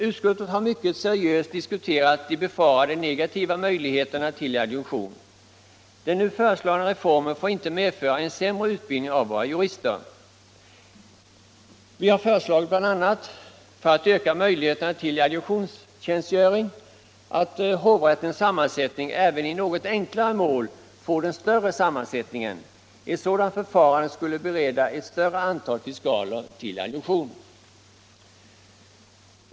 Utskottet har mycket seriöst diskuterat de befarade negativa möjligheterna till adjunktion. Den nu föreslagna reformen får inte medföra en sämre utbildning av våra jurister. Vi har föreslagit, bl.a. för att öka möjligheter till adjunktionstjänstgöring, att hovrätten även i något enklare mål får den större sammansättningen. Ett sådant förfarande skulle bereda ett större antal fiskaler adjunktion.